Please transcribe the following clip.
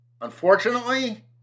Unfortunately